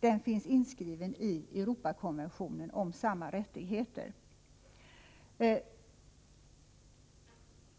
Vidare finns den inskriven i Europakonventionen om nämnda rättigheter.